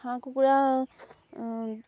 হাঁহ কুকুৰা